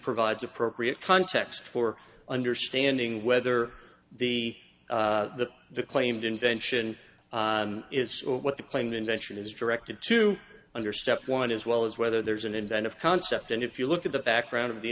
provides appropriate context for understanding whether the the the claimed invention is what the plane invention is directed to under step one as well as whether there's an inventive concept and if you look at the background of the